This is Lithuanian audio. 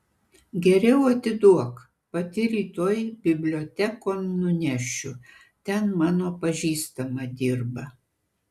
geriau atiduok pati rytoj bibliotekon nunešiu ten mano pažįstama dirba